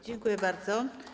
Dziękuję bardzo.